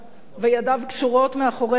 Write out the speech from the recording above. וידיו קשורות מאחורי הגב,